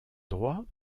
droit